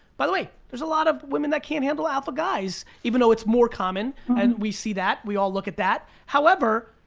by the way, there's a lot of women that can't handle alpha guys, even though it's more common and we see that, we all look at that. however,